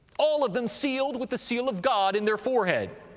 all of them sealed with the seal of god in their forehead.